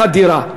הדירה.